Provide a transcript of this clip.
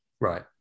Right